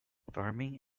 farming